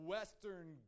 Western